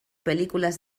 pel·lícules